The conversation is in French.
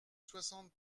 soixante